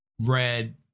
red